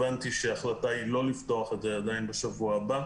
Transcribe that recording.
הבנתי שההחלטה היא לא לפתוח אותם עדיין בשבוע הבא.